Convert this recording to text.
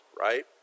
right